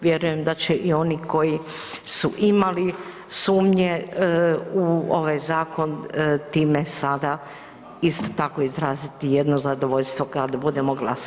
Vjerujem da će i oni koji su imali sumnje u ovaj zakon time sada isto tako izraziti jedno zadovoljstvo kad budemo glasovali.